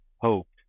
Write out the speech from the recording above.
Hoped